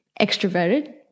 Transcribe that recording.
extroverted